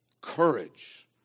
Courage